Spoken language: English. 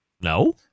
No